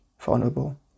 vulnerable